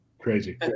Crazy